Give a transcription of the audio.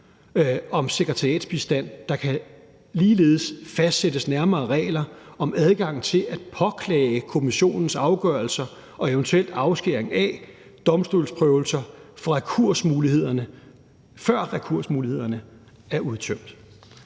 om sekretariatsbistand. Der kan ligeledes fastsættes nærmere regler om adgang til at påklage kommissionens afgørelser og eventuel afskæring af domstolsprøvelser, før rekursmulighederne er udtømt.